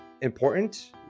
important